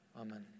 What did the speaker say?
Amen